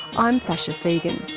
i'm sasha fegan.